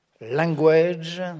language